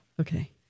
Okay